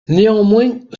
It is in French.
néanmoins